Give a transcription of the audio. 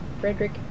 Frederick